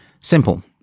Simple